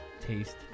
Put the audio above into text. taste